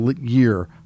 year